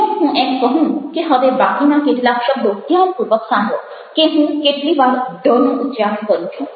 જો હું એમ કહું કે હવે બાકીના કેટલાક શબ્દો ધ્યાનપૂર્વક સાંભળો કે હું કેટલી વાર ધ " નું ઉચ્ચારણ કરું છું